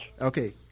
Okay